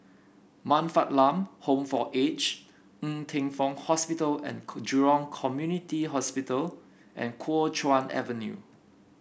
Man Fatt Lam Home for Aged Ng Teng Fong Hospital and Jurong Community Hospital and Kuo Chuan Avenue